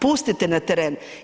Pustite na teren.